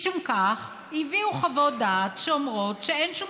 משום כך הביאו חוות דעת שאומרות שאין שום